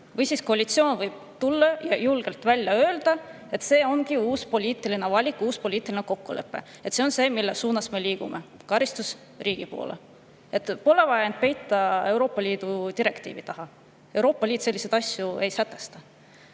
Või siis koalitsioon võib tulla ja julgelt välja öelda, et see ongi uus poliitiline valik, uus poliitiline kokkulepe. See on see, mille suunas me liigume: karistusriigi poole. Pole vaja end peita Euroopa Liidu direktiivi taha. Euroopa Liit selliseid asju ei sätesta.